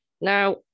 Now